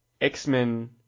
X-Men